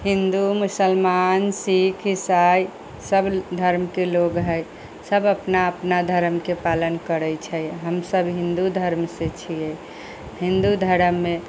हिन्दू मुसलमान सिक्ख ईसाई सब धर्म के लोग है सब अपना अपना धर्म के पालन करै छै हमसब हिन्दू धर्म से छियै हिन्दू धर्म मे